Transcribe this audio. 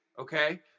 okay